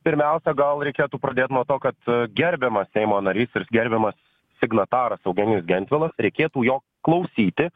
pirmiausia gal reikėtų pradėt nuo to kad gerbiamas seimo narys ir gerbiamas signataras eugenijus gentvilas reikėtų jo klausyti